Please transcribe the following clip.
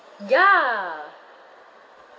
ya